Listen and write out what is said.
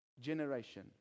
generation